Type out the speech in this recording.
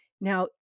Now